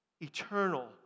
eternal